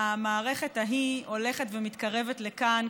המערכת ההיא הולכת ומתקרבת לכאן,